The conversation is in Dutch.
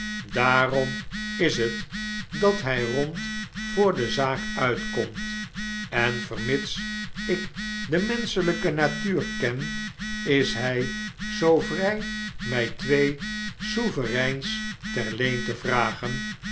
daarom is het dat hj rond voor dezaakuitkomt en vermits ik de menschelpe natuur ken is hy zoo vrij my twee sovereigns ter leen te vragen